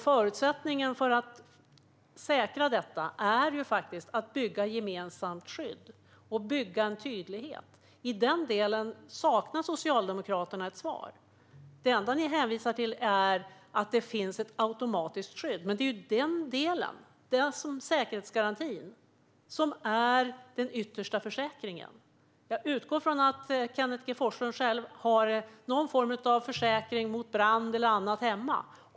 Förutsättningen för att säkra detta är att man bygger ett gemensamt skydd och att man bygger en tydlighet. I den delen saknar Socialdemokraterna ett svar. Det enda ni hänvisar till är att det finns ett automatiskt skydd. Men det är ju den delen, säkerhetsgarantin, som är den yttersta försäkringen. Jag utgår från att Kenneth G Forslund själv har någon form av försäkring mot brand eller annat hemma.